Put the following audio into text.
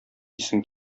исең